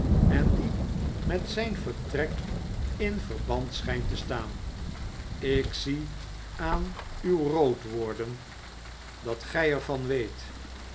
en die met zijn vertrek in verband schijnt te staan ik zie aan uw roodworden dat gij er van weet